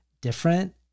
different